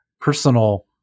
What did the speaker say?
personal